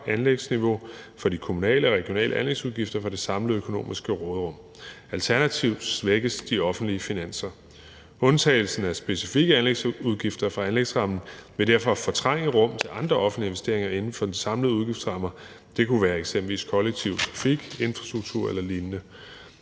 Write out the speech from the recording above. for de kommunale og regionale anlægsudgifter for det samlede økonomiske råderum. Alternativt svækkes de offentlige finanser. Undtagelsen af specifikke anlægsudgifter fra anlægsrammen vil derfor fortrænge rum til andre offentlige investeringer inden for den samlede udgiftsramme, det kunne eksempelvis være kollektiv trafik, infrastruktur eller lignende.